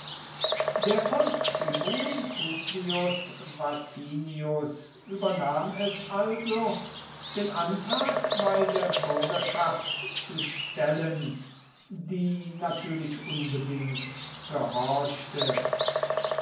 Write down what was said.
der volkstribun publius vatinius übernahm es also den antrag bei der bürgerschaft zu stellen die natürlich unbedingt gehorchte